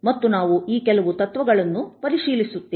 ಮತ್ತು ನಾವು ಆ ಕೆಲವು ತತ್ವಗಳನ್ನು ಪರಿಶೀಲಿಸುತ್ತೇವೆ